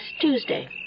Tuesday